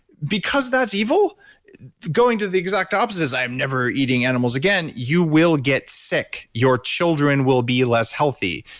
because that's evil going to the exact opposite is i'm never eating animals again, you will get sick, your children will be less healthy.